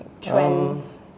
trends